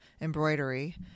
embroidery